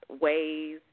ways